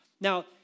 Now